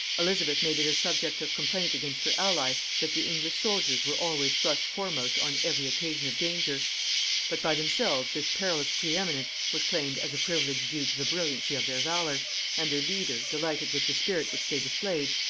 elizabeth made it a subject of complaint against her ally, that the english soldiers were always thrust foremost on every occasion of danger but by themselves this perilous preeminence was claimed as a privilege due to the brilliancy of their valor and their leader, delighted with the spirit which they displayed,